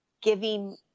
giving